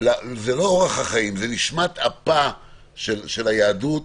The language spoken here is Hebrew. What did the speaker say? לא לאורח החיים, אלא לנשמת אפה של היהדות: